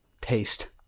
taste